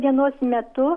dienos metu